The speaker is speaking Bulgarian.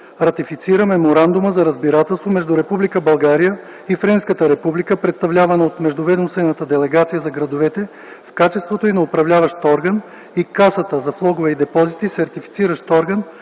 закон Меморандума за разбирателство между Република България Френската република, представлявана от Междуведомствената делегация за градовете в качеството й на управляващ орган и Касата за влогове и депозити – сертифициращ орган,